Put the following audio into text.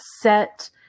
set